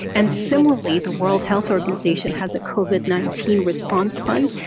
and similarly, the world health organization has a covid nineteen response fund.